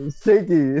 shaky